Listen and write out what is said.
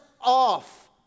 off